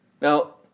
Now